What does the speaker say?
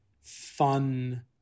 fun